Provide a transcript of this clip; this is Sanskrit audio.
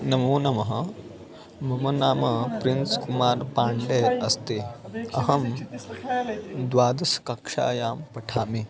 नमो नमः मम नाम प्रिन्स् कुमार् पाण्डे अस्ति अहं द्वादशकक्षायां पठामि